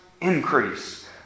increase